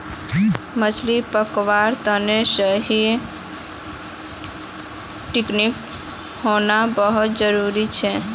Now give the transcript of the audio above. मछली पकड़वार तने सही टेक्नीक होना बहुत जरूरी छ